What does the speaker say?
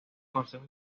consejo